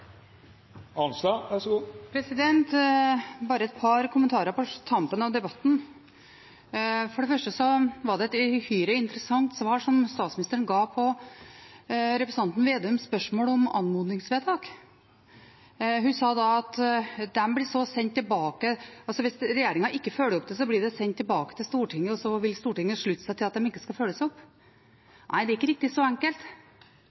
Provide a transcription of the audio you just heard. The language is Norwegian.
første var det et uhyre interessant svar statsministeren ga på representanten Slagsvold Vedums spørsmål om anmodningsvedtak. Hun sa da at hvis regjeringen ikke følger dem opp, blir de sendt tilbake til Stortinget, og så vil Stortinget slutte seg til at de ikke skal følges opp. Nei, det er ikke riktig så enkelt.